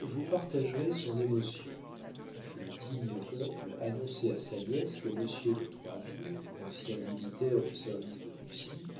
vous partagerez son émotion le digne oncle annonçait à sa nièce que monsieur de troisville ancien militaire au service de russie